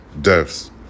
deaths